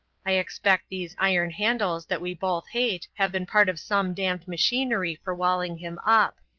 i expect these iron handles that we both hate have been part of some damned machinery for walling him up.